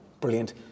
Brilliant